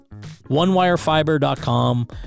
onewirefiber.com